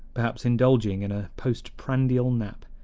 perhaps indulging in a postprandial nap.